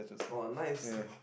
oh nice